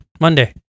Monday